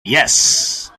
yes